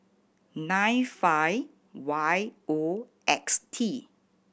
nine five Y O X T